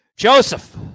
Joseph